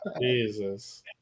Jesus